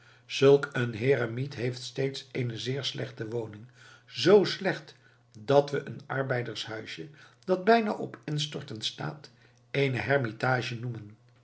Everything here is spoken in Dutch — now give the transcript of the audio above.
zulk een heremiet heeft steeds eene zeer slechte woning z slecht dat we een arbeiders huisje dat bijna op instorten staat eene hermitage noemen